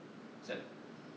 sad~